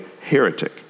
heretic